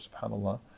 subhanAllah